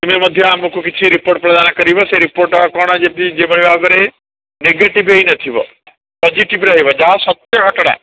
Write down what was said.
ତୁମେ ମଧ୍ୟ ଆମକୁ କିଛି ରିପୋଟ୍ ପ୍ରଦାନ କରିବ ସେ ରିପୋଟ୍ କ'ଣ ଯଦି ଯେଭଳି ଭାବରେ ନେଗେଟିଭ୍ ହୋଇ ନଥିବ ପଜିଟିଭ୍ ରହିବ ଯାହା ସତ୍ୟ ଘଟଣା